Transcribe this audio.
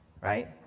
right